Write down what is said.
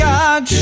God